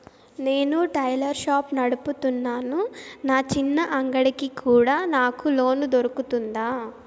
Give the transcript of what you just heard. నేను tailor shop నడుపుతున్నాను, నా చిన్న అంగడి కి కూడా నాకు లోను దొరుకుతుందా?